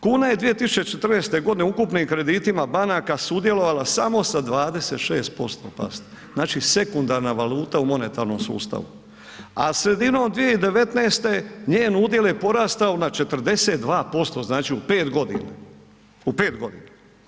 Kuna je 2014. godine ukupnim kreditima banaka sudjelovala samo sa 26%, pazite, sekundarna valuta u monetarnom sustavu, a sredinom 2019. njen udjel je porastao na 42% znači u pet godina.